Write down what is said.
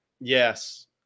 Yes